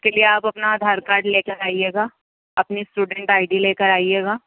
اس کے لئے آپ اپنا آدھار کارڈ لے کر آئیے گا اپنی اسٹوڈنٹ آئی ڈی لے کر آئیے گا